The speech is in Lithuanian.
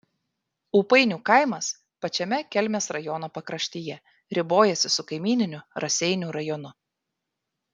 ūpainių kaimas pačiame kelmės rajono pakraštyje ribojasi su kaimyniniu raseinių rajonu